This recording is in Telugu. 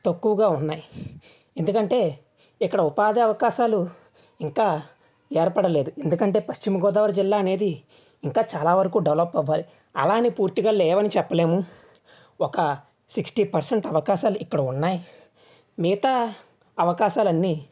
తక్కువగా ఉన్నాయి ఎందుకంటే ఇక్కడ ఉపాధి అవకాశాలు ఇంకా ఏర్పడలేదు ఎందుకంటే పశ్చిమ గోదావరి జిల్లా అనేది ఇంకా చాలా వరకు డెవలప్ అవ్వాలి అలా అని పూర్తిగా లేవని చెప్పలేము ఒక సిక్స్టీ పర్సెంట్ అవకాశాలు ఇక్కడ ఉన్నాయి మిగతా అవకాశాలు అన్నీ